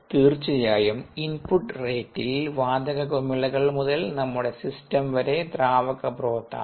തീർച്ചയായും ഇൻപുട്ട് റേറ്റിൽ വാതക കുമിളകൾ മുതൽ നമ്മുടെ സിസ്റ്റം വരെ ദ്രാവക ബ്രോത്ത് ആണ്